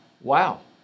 wow